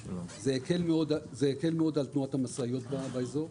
זה הקל מאוד על תנועת המשאיות באזור,